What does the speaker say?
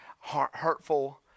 hurtful